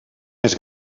més